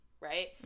right